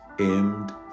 aimed